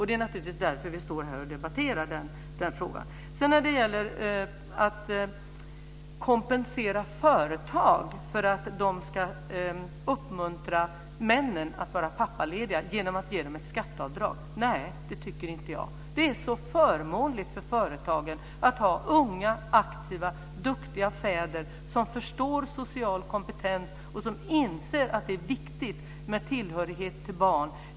Det är naturligtvis därför vi står här och debatterar den frågan. Kompensera företag för att de ska uppmuntra männen att vara pappalediga genom att ge dem ett skatteavdrag, nej, det tycker inte jag. Det är så förmånligt för företaget att ha unga, aktiva, duktiga fäder som förstår social kompetens och som inser att det är viktigt med tillhörighet till barn.